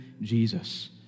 Jesus